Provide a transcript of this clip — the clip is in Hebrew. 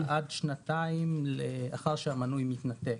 מכוח הרישיון, עד שנתיים לאחר שהמנוי מתנתק.